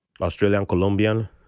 Australian-Colombian